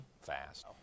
fast